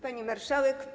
Pani Marszałek!